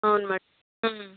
అవును మేడమ్